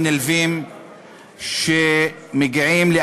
העניין הזה